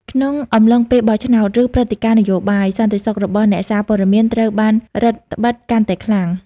ក្នុងអំឡុងពេលបោះឆ្នោត ឬព្រឹត្តិការណ៍នយោបាយ សន្តិសុខរបស់អ្នកសារព័ត៌មានត្រូវបានរឹតត្បិតកាន់តែខ្លាំង។